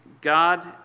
God